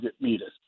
meters